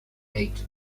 eight